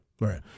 Right